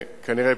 כנראה,